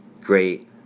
great